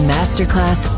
Masterclass